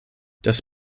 das